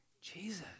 Jesus